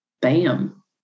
Bam